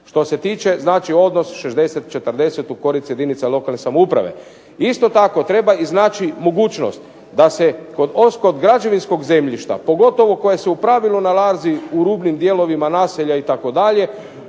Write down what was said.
Što se tiče znači odnos 60:40 u korist jedinica lokalne samouprave. Isto tako treba iznaći mogućnost da se kod građevinskog zemljišta, pogotovo koje se u pravilu nalazi u rubnim dijelovima naselja itd.